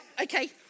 okay